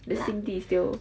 the 心地 is still